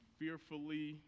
fearfully